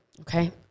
okay